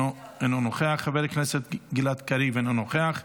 אינו נוכח, חבר הכנסת גלעד קריב, אינו נוכח,